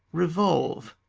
revolve.